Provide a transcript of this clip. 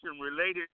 related